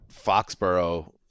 Foxborough